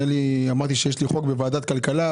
אני אמרתי שיש לי חוק בוועדת כלכלה.